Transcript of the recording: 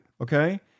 Okay